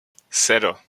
cero